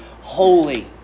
holy